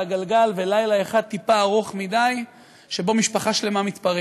הגלגל ולילה אחד טיפה ארוך מדי שבו משפחה שלמה מתפרקת.